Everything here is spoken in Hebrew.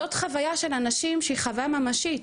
זאת חוויה של אנשים שהיא חוויה ממשית.